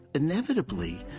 inevitably,